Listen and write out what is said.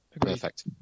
perfect